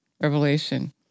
Revelation